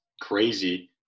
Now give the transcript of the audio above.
crazy